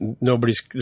nobody's